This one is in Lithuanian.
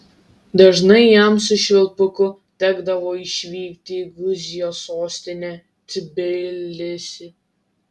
dažnai jam su švilpuku tekdavo išvykti į gruzijos sostinę tbilisį